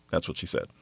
that's what she said.